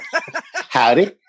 howdy